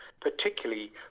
particularly